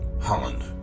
Holland